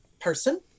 person